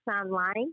online